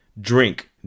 DRINK